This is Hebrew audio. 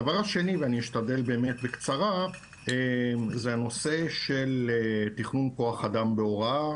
הדבר השני זה הנושא של תכנון כוח אדם בהוראה,